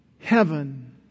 Heaven